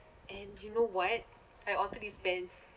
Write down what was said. and you know what I alter this pants